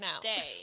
day